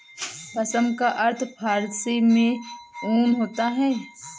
पश्म का अर्थ फारसी में ऊन होता है